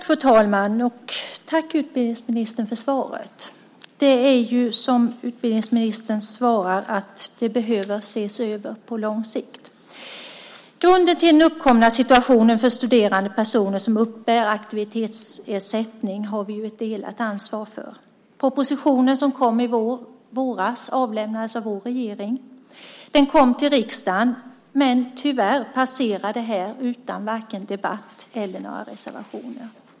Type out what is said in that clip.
Fru talman! Jag tackar utbildningsministern för svaret. Situationen behöver, som utbildningsministern säger, ses över på lång sikt. Grunden till den uppkomna situationen för studerande som uppbär aktivitetsersättning har vi ett delat ansvar för. Den proposition som kom i våras avlämnades av vår regering. Den kom till riksdagen, men tyvärr passerade den utan vare sig debatt eller reservationer.